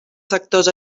sectors